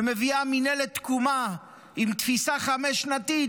ומביאה מינהלת תקומה עם תפיסה חמש-שנתית,